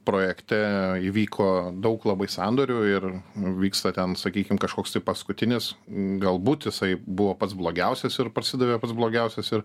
projekte įvyko daug labai sandorių ir vyksta ten sakykim kažkoks tai paskutinis galbūt jisai buvo pats blogiausias ir parsidavė pats blogiausias ir